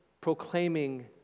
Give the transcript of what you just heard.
proclaiming